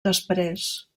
després